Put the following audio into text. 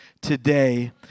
today